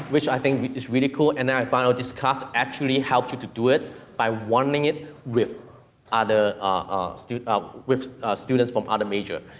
which i think is really cool. and then i find out this class, actually, helped you to do it by wanting it with other ah students, with students from other major.